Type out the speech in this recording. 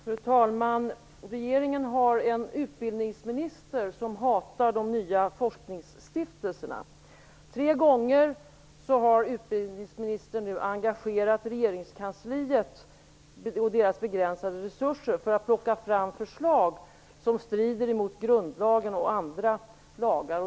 Fru talman! Regeringen har en utbildningsminister som hatar de nya forskningsstiftelserna. Tre gånger har utbildningsministern nu engagerat regeringskansliet och kansliets begränsade resurser för att plocka fram förslag som strider mot grundlagen och andra lagar.